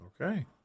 Okay